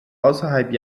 außerhalb